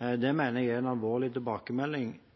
Det mener jeg er en alvorlig tilbakemelding.